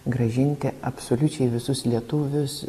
grąžinti absoliučiai visus lietuvius